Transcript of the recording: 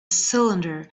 cylinder